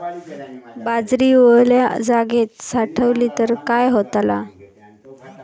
बाजरी वल्या जागेत साठवली तर काय होताला?